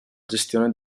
gestione